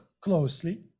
closely